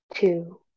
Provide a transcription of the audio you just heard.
two